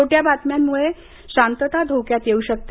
खोट्या बातम्यांमुळे शांतता धोक्यात येऊ शकते